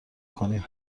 کنیم